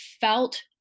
felt